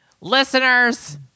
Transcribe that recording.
Listeners